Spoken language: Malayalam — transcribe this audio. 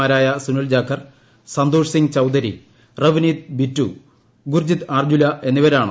മാരായ സുനിൽ ജാഖർ സന്തോഷ് സിംഗ് ചൌധരി റവ്നീത് ബിറ്റു ഗുർജിത്ത് അജുല എന്നിവ്യരാണ്